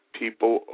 people